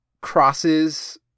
crosses